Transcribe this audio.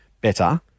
better